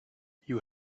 you